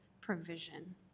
provision